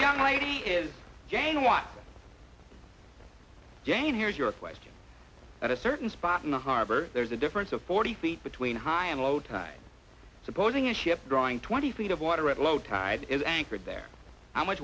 young lady is again what jane here's your question at a certain spot in the harbor there's a difference of forty feet between high and low tide supposing a ship drawing twenty feet of water at low tide is anchored there how much